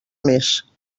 més